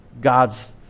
God's